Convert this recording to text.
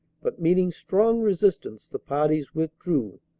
but meeting strong resistance, the parties withdrew,